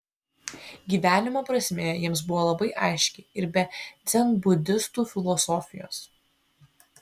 gyvenimo prasmė jiems buvo labai aiški ir be dzenbudistų filosofijos